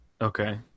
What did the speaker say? Okay